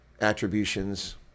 attributions